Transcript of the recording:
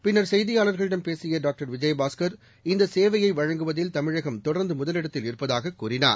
பின்னா் செய்தியாளா்களிடம் பேசியடாக்டர் விஜயபாஸ்கா் இந்தசேவையவழங்குவதில் தமிழகம் தொடர்ந்துமுதலிடத்தில் இருப்பதாகக் கூறினார்